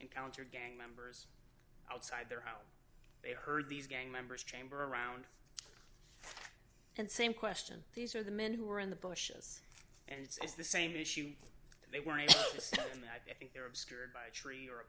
encountered gang members outside their home they heard these gang members chamber around and same question these are the men who were in the bushes and it's the same issue they were and i think they're obscured by a tree or